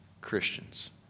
Christians